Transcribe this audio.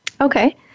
Okay